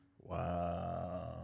Wow